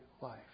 life